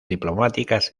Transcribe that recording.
diplomáticas